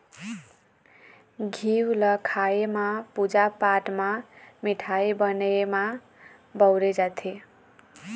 घींव ल खाए म, पूजा पाठ म, मिठाई बनाए म बउरे जाथे